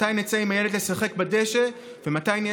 מתי נצא עם הילד לשחק בדשא,